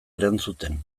erantzuten